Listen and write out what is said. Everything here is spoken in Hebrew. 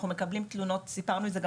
אנחנו גם מקבלים תלונות וסיפרנו את זה גם